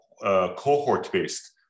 cohort-based